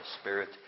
spirit